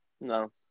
No